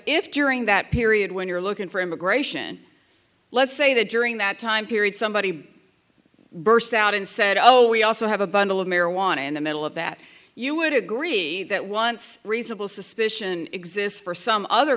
if during that period when you're looking for immigration let's say that during that time period somebody burst out and said oh we also have a bundle of marijuana in the middle of that you would agree that once reasonable suspicion exists for some other